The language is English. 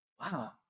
Wow